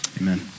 Amen